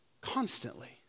Constantly